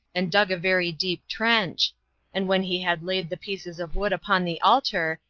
and dug a very deep trench and when he had laid the pieces of wood upon the altar,